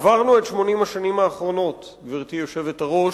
עברנו את 80 השנים האחרונות, גברתי היושבת-ראש,